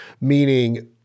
meaning